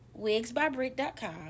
wigsbybrick.com